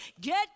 get